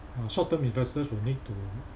uh short term investors will need to